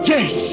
Yes